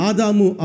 Adamu